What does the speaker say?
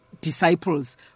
disciples